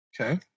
Okay